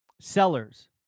sellers